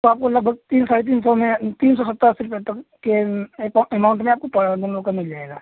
तो आपको लगभग तीन साढ़े तीन सौ में तीन सौ सत्तासी रुपये तक के एमाउंट में आपको दोनों का मिल जाएगा